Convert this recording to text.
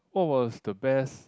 what was the best